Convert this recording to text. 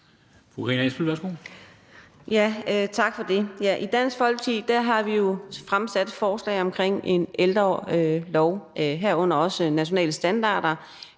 Karina Adsbøl (DF): Tak for det. I Dansk Folkeparti har vi jo fremsat et forslag om en ældrelov, herunder også nationale standarder,